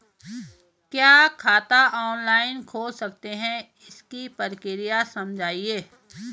क्या खाता ऑनलाइन खोल सकते हैं इसकी प्रक्रिया समझाइए?